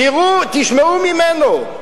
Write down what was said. תשמעו ממנו.